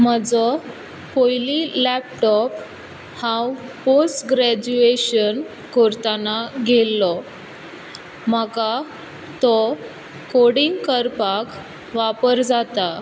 म्हजो पयलीं लेपटोप हांव पोस्ट ग्रेजुएशन करताना घेयल्लो म्हाका तो कोडींग करपाक वापर जाता